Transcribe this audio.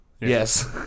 Yes